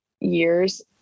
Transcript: years